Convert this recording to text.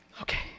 Okay